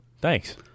Thanks